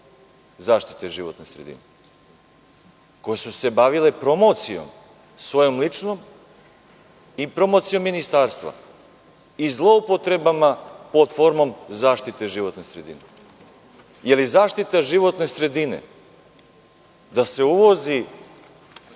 zaštite životne sredine, koje su se bavile promocijom svojom ličnom i promocijom ministarstva i zloupotrebama pod formom zaštite životne sredine. Da li je zaštita životne sredine da se uvozi